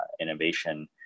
innovation